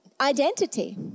identity